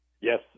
Yes